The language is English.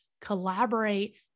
collaborate